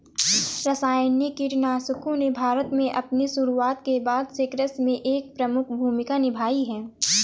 रासायनिक कीटनाशकों ने भारत में अपनी शुरूआत के बाद से कृषि में एक प्रमुख भूमिका निभाई हैं